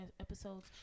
episodes